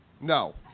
No